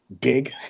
big